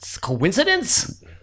coincidence